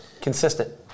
Consistent